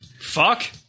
Fuck